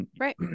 Right